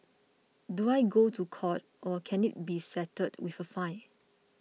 do I go to court or can it be settled with a fine